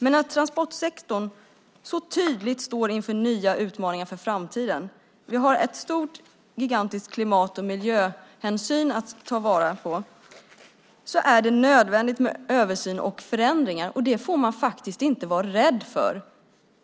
Men transportsektorn står tydligt inför nya utmaningar för framtiden. Vi har ett gigantiskt behov av att ta klimat och miljöhänsyn. Det är nödvändigt med översyn och förändringar. Det får man inte vara rädd för.